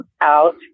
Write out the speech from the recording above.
out